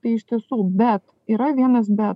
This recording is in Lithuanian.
tai iš tiesų bet yra vienas be